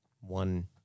one